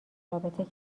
رابطه